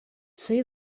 see